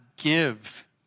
Give